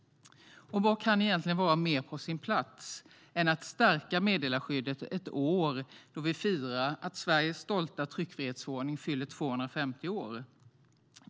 Vad kan egentligen vara mer på sin plats än att stärka meddelarskyddet ett år då vi firar att Sveriges stolta tryckfrihetsförordning fyller 250 år!